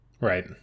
Right